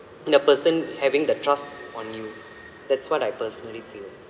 the person having the trust on you that's what I personally feel